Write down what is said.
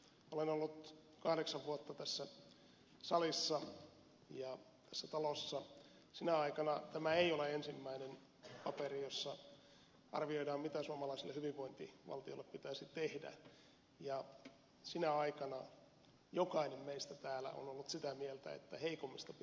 olen ollut kahdeksan vuotta tässä salissa ja tässä talossa sinä aikana tämä ei ole ensimmäinen paperi jossa arvioidaan mitä suomalaiselle hyvinvointivaltiolle pitäisi tehdä ja sinä aikana jokainen meistä täällä on ollut sitä mieltä että heikommista pitää pitää huolta